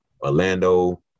Orlando